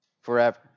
forever